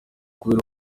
kubera